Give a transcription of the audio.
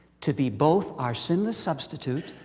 to be both our sinless substitute